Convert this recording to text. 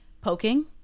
poking